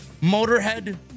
Motorhead